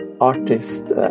artist